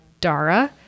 Dara